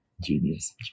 Genius